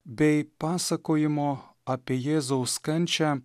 bei pasakojimo apie jėzaus kančią